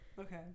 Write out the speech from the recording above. okay